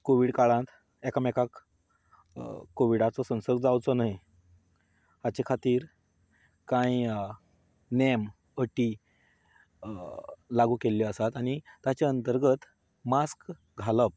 Covid काळांत एकामेकांक कोविडाचो संसर्ग जावचो न्हय हाचे खातीर कांय नेम अटी लागू केल्ल्यो आसात आनी ताच्या अंतर्गत मास्क घालप